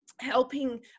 helping